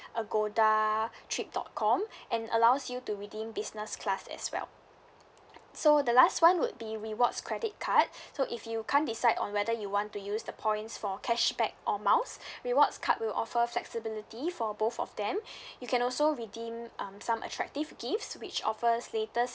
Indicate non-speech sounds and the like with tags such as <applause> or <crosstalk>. agoda trip dot com and allows you to redeem business class as well so the last [one] would be rewards credit card so if you can't decide on whether you want to use the points for cashback or miles rewards card will offer flexibility for both of them <breath> you can also redeem um some attractive gifts which offers latest